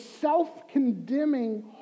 self-condemning